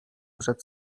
przed